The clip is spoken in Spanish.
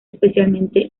especialmente